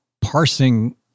parsing